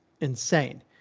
insane